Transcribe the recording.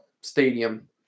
stadium